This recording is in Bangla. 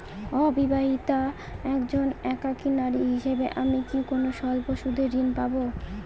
অবিবাহিতা একজন একাকী নারী হিসেবে আমি কি কোনো স্বল্প সুদের ঋণ পাব?